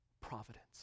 providence